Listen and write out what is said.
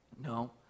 no